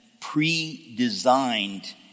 pre-designed